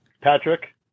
patrick